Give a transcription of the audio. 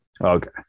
Okay